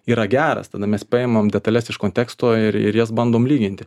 yra geras tada mes paimam detales iš konteksto ir ir jas bandom lyginti